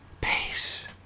Peace